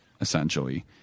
essentially